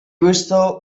visto